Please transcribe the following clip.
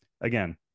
Again